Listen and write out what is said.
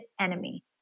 enemy